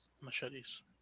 machetes